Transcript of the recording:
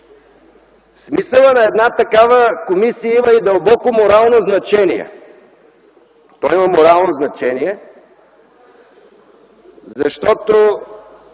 Смисълът за една такава комисия има и дълбоко морално значение. Той има морално значение, защото